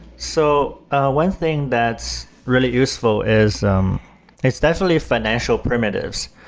so ah one thing that's really useful is um it's definitely financial primitives.